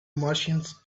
martians